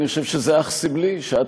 אני חושב שזה אך סמלי שאת,